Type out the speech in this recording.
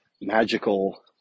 magical